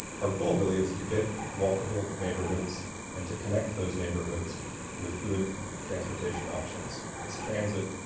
our goal really is to get walkable neighborhoods and to connect those neighborhoods with good transportation options it's transit,